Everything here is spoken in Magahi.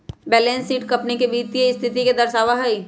बैलेंस शीट कंपनी के वित्तीय स्थिति के दर्शावा हई